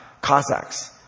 Cossacks